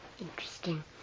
Interesting